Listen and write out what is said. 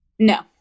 No